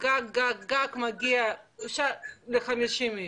גג ל-50 אנשים.